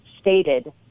stated